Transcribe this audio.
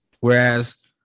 whereas